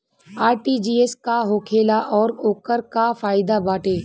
RTGS का होखेला और ओकर का फाइदा बाटे?